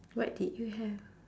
what did you have